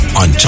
on